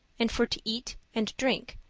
and for to eat and drink,